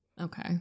Okay